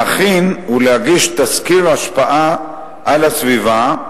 להכין ולהגיש תסקיר השפעה על הסביבה,